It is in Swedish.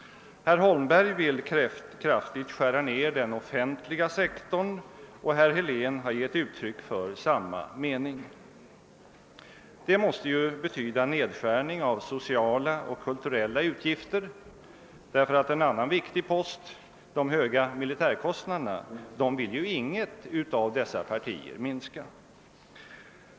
Herr Holmberg vill kraftigt skära ner den offentliga sektorn, och herr Helén har givit uttryck för samma mening. Det måste betyda nedskärning av sociala och kulturella utgifter, ty en annan viktig post — de höga militärkostnaderna — vill ju inget av dessa partier minska.